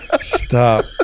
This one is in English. stop